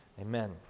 Amen